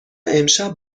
امشب